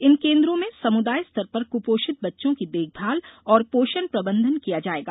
इन केन्द्रो मे समुदाय स्तर पर कृपोषित बच्चों की देखभाल और पोषण प्रबंधन किया जाएगा